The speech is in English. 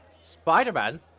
Spider-Man